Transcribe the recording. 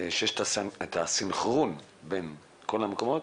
ושיש את הסנכרון בין כל המקומות,